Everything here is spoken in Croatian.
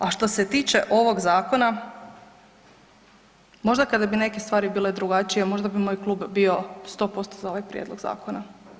A što se tiče ovog zakona možda kada bi neke stvari bile drugačije možda bi moj klub bio 100% za ovaj prijedlog zakona.